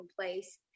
place